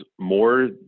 more